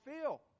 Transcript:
feel